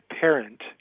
parent